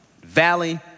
valley